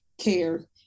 care